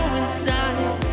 inside